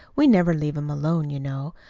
we never leave him alone, you know.